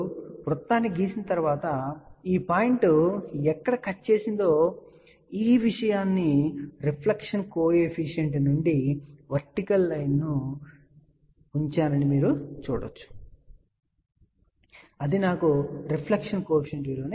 మరియు మీరు వృత్తాన్ని గీసిన తర్వాత ఈ పాయింట్ ఎక్కడ కట్ చేసిందో ఈ విషయాన్ని రిఫ్లెక్షన్ కోఎఫిషియంట్ నుండి వర్టికల్ లైన్ ను ఇక్కడ ఉంచానని మీరు చూడవచ్చు అది నాకు రిఫ్లెక్షన్ కోఎఫిషియంట్ విలువను ఇస్తుంది ఇది 0